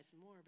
more